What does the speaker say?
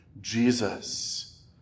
Jesus